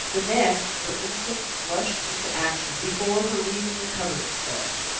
the next, her instinct rushed into action, before her reason recovered itself.